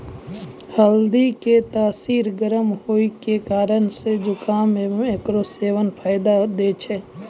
हल्दी के तासीर गरम होय के कारण से जुकामो मे एकरो सेबन फायदा दै छै